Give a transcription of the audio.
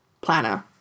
planner